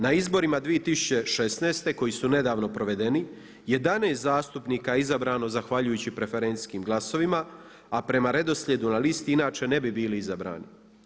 Na izborima 2016. koji su nedavno provedeni 11 zastupnika je izabrano zahvaljujući preferencijskim glasovima, a prema redoslijedu na listi inače ne bi bili izabrani.